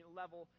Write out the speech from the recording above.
level